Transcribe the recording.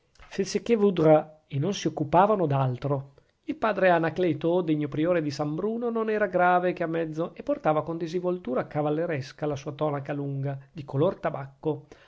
que voudras e non si occupavano d'altro il padre anacleto degno priore di san bruno non era grave che a mezzo e portava con disinvoltura cavalleresca la sua tonaca lunga di color tabacco